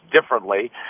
differently